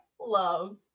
love